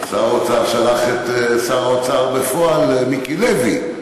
שר האוצר שלח את שר האוצר בפועל מיקי לוי.